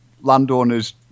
landowners